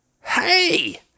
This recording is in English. hey